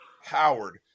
Howard